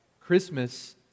Christmas